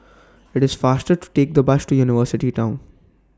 IT IS faster to Take The Bus to University Town